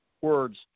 words